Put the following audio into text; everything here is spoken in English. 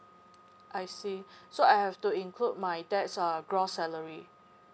I see so I have to include my dad's uh gross salary